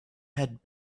had